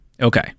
Okay